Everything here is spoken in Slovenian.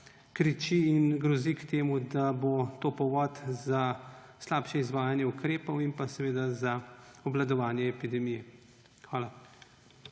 kriči in grozi, da bo to povod za slabše izvajanje ukrepov in za obvladovanje epidemije. Hvala.